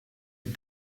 had